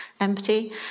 empty